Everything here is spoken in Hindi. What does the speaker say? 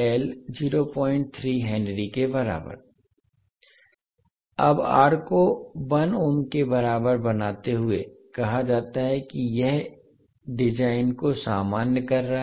L 03 हेनरी के बराबर है अब R को 1 ओम के बराबर बनाते हुए कहा जाता है कि यह डिज़ाइन को सामान्य कर रहा है